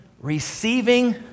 receiving